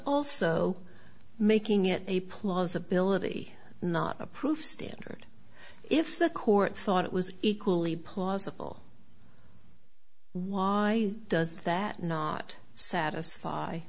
also making it a plausibility not a proof standard if the court thought it was equally plausible why does that not satisfy